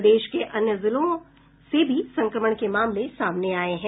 प्रदेश के अन्य जिलों से भी संक्रमण के मामले सामने आये हैं